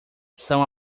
são